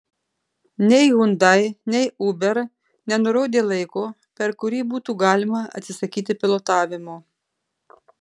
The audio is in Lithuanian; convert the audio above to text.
nei hyundai nei uber nenurodė laiko per kurį būtų galima atsisakyti pilotavimo